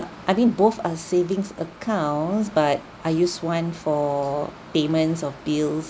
I mean both are savings accounts but I use one for payments of bills